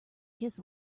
kiss